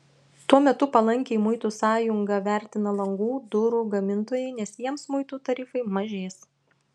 tuo metu palankiai muitų sąjungą vertina langų durų gamintojai nes jiems muitų tarifai mažės